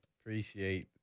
Appreciate